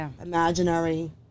imaginary